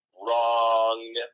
Wrong